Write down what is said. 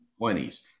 20s